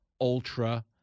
ultra